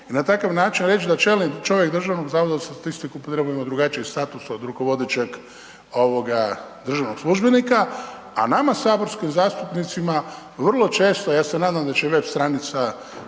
i na takav način reći da čelni čovjek DZS-a .../Govornik se ne razumije./... drugačiji status od rukovodećeg državnog službenika, a nama saborskim zastupnicima, vrlo često, ja se nadam da će web stranica